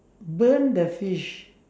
burn the fish